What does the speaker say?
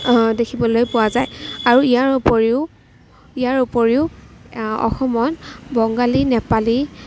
দেখিবলৈ পোৱা যায় আৰু ইয়াৰ উপৰিও ইয়াৰ উপৰিও অসমত বঙালী নেপালী